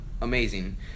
amazing